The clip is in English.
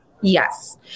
Yes